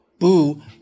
boo